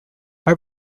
her